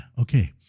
okay